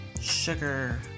sugar